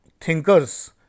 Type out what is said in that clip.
thinkers